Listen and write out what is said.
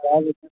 आर अहाँ बैसू